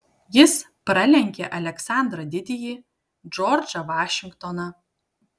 jis pralenkė aleksandrą didįjį džordžą vašingtoną